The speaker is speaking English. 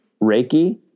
Reiki